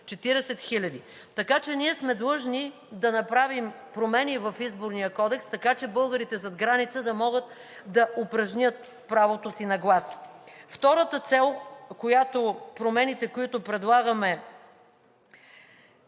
40 хиляди. Ние сме длъжни да направим промени в Изборния кодекс така, че българите зад граница да могат да упражнят правото си на глас. Втората цел, която промените, които предлагаме,